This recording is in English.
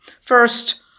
First